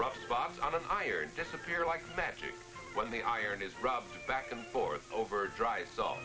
rough spots on an iron disappear like magic when the iron is back and forth over dry so